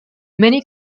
many